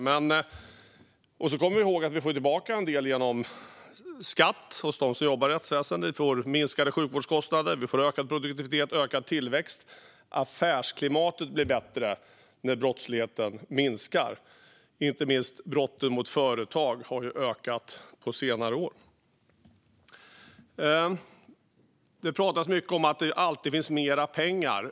Vi ska också komma ihåg att vi får tillbaka en del genom skatt från dem som jobbar i rättsväsendet. Vi får minskade sjukvårdskostnader, ökad produktivitet och ökad tillväxt. Affärsklimatet blir bättre när brottsligheten minskar. Inte minst brotten mot företag har ju ökat på senare år. Det pratas mycket om att det alltid finns mer pengar.